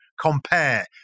compare